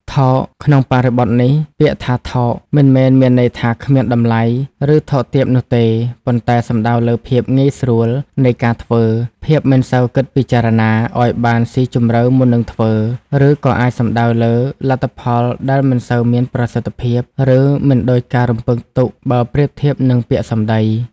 ថោក ក្នុងបរិបទនេះ ពាក្យថា "ថោក" មិនមែនមានន័យថាគ្មានតម្លៃ ឬថោកទាបនោះទេ ប៉ុន្តែសំដៅលើ ភាពងាយស្រួលនៃការធ្វើ ភាពមិនសូវគិតពិចារណាឱ្យបានស៊ីជម្រៅមុននឹងធ្វើ ឬក៏អាចសំដៅលើ លទ្ធផលដែលមិនសូវមានប្រសិទ្ធភាព ឬមិនដូចការរំពឹងទុកបើធៀបនឹងពាក្យសម្ដី។